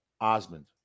Osmond